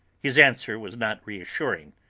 his answer was not reassuring